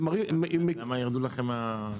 אנו נצמדים לתשתיות אחרות,